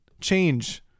change